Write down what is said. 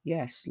Yes